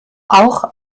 auch